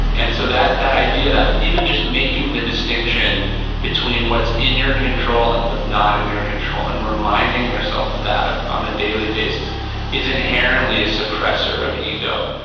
and so that that idea, that even just making the distinction between what's in your control and what's not in your control and reminding yourself of that on a daily basis is inherently a suppressor of ego.